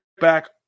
back